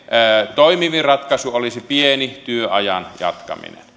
toimivin ratkaisu olisi pieni työajan jatkaminen